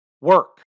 work